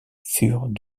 furent